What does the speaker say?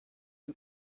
you